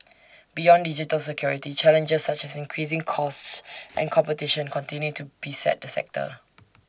beyond digital security challenges such as increasing costs and competition continue to beset the sector